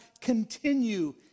continue